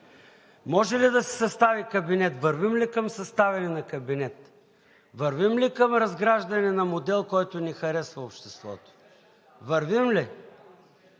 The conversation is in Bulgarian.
Може ли да се състави кабинет? Вървим ли към съставяне на кабинет? Вървим ли към разграждане на модел, който не харесва обществото? Вървим ли?